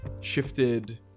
shifted